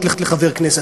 חבר הכנסת